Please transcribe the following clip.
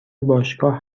باشگاه